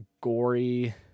gory